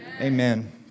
Amen